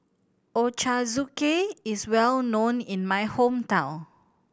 ochazuke is well known in my hometown